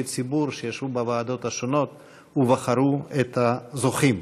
הציבור שישבו בוועדות השונות ובחרו את הזוכים.